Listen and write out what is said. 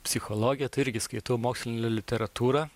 psichologiją tai irgi skaitau mokslinę literatūrą